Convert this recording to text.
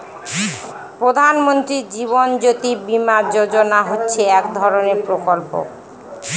প্রধান মন্ত্রী জীবন জ্যোতি বীমা যোজনা হচ্ছে এক ধরনের প্রকল্প